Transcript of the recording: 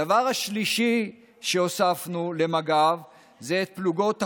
הדבר השלישי שהוספנו למג"ב זה פלוגות החוד.